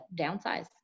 downsize